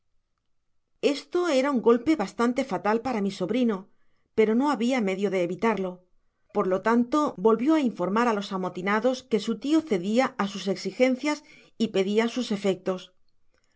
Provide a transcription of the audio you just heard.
esto era un golpe bastante fatal para mi sobrino pero no habia medio de evitarlo por lo tanto volvió á informar á los amotinados que su tio cedia á sus exigencias y pedia sus efectos asi